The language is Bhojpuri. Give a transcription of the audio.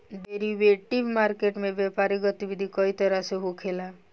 डेरिवेटिव मार्केट में व्यापारिक गतिविधि कई तरह से होखेला